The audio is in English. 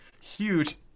huge